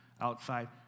outside